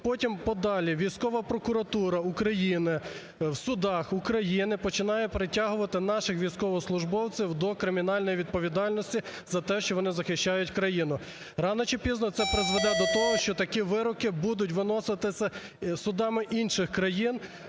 потім подалі військова прокуратура України в судах України починає перетягувати наших військовослужбовців до кримінальної відповідальності за те, що вони захищають країну. Рано чи пізно це призведе до того, що такі вироки будуть виноситись судами інших країн